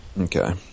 Okay